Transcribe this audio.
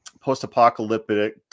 post-apocalyptic